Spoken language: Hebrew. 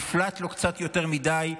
נפלט לו קצת יותר מדי,